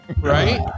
Right